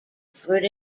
offered